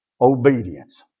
Obedience